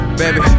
baby